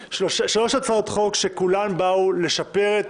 שלוש הצעות חוק שתי הצעות חוק שמטרתן לשפר את